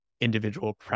individual